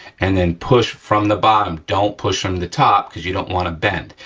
and then push, from the bottom, don't push from the top, cause you don't wanna bend.